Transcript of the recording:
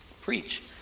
preach